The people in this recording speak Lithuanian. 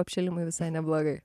apšilimui visai neblogai